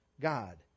God